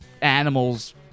animals